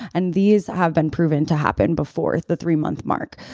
and these have been proven to happen before the three month mark.